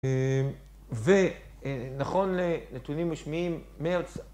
ונכון לנתונים משמיעים